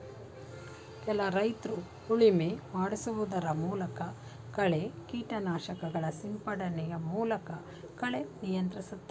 ಕೆಲ ರೈತ್ರು ಉಳುಮೆ ಮಾಡಿಸುವುದರ ಮೂಲಕ, ಕಳೆ ಕೀಟನಾಶಕಗಳ ಸಿಂಪಡಣೆಯ ಮೂಲಕ ಕಳೆ ನಿಯಂತ್ರಿಸ್ತರೆ